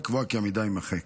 לקבוע כי המידע יימחק.